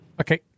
Okay